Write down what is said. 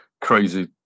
crazy